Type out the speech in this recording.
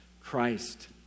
Christ